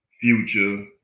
Future